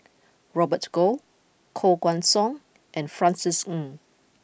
Robert Goh Koh Guan Song and Francis Ng